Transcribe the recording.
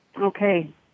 Okay